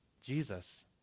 Jesus